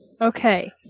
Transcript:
Okay